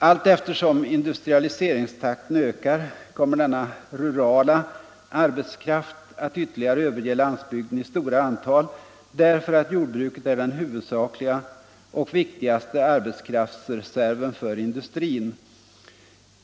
Allteftersom industrialiseringstakten ökar kommer denna rurala arbetskraft att ytterligare överge landsbygden i stora antal därför att jordbruket är den huvudsakliga och viktigaste arbetskraftsreserven för industrin.